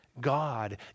God